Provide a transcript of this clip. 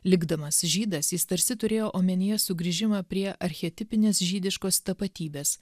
likdamas žydas jis tarsi turėjo omenyje sugrįžimą prie archetipinės žydiškos tapatybės